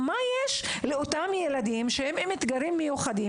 מה יש לאותם ילדים עם אתגרים מיוחדים,